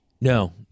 No